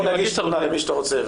אתה יכול להגיש תלונה למי שאתה רוצה.